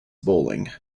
bowling